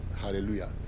Hallelujah